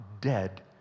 dead